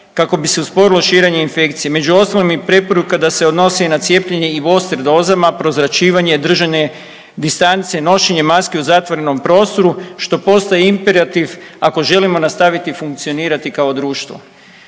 kako bi se usporilo širenje infekcije, među ostalim i preporuka da se odnosi i na cijepljenje i booster dozama, prozračivanje i držanje distance, nošenje maske u zatvorenom prostoru, što postaje imperativ ako želimo nastaviti funkcionirati kao društvo.